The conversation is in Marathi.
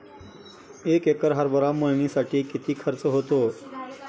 एक एकर हरभरा मळणीसाठी किती खर्च होतो?